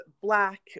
black